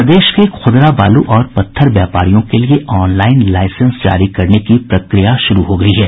प्रदेश के खुदरा बालू और पत्थर व्यापारियों के लिये ऑनलाइन लाइसेंस जारी करने की प्रक्रिया शुरू कर दी गई है